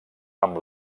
amb